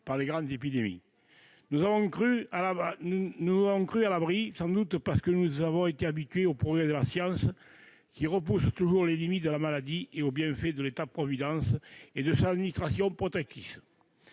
par les grandes épidémies. Nous nous sommes crus à l'abri, sans doute parce que nous avons été habitués aux progrès de la science, qui repousse toujours les limites de la maladie, comme aux bienfaits de l'État-providence et de son administration protectrice.